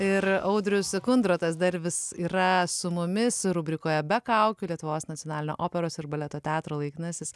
ir audrius kondratas dar vis yra su mumis ir rubrikoje be kaukių lietuvos nacionalinio operos ir baleto teatro laikinasis